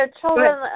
children